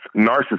narcissist